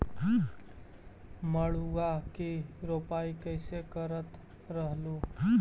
मड़उआ की रोपाई कैसे करत रहलू?